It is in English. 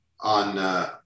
on